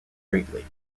greatly